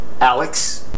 Alex